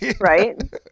right